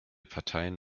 parteien